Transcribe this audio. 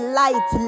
light